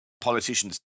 politicians